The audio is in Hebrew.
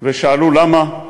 ושאלו: למה?